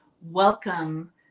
welcome